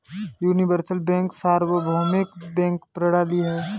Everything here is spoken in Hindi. यूनिवर्सल बैंक सार्वभौमिक बैंक प्रणाली है